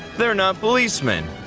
they're not policemen.